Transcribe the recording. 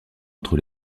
entre